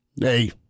Hey